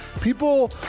people